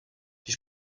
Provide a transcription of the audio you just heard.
die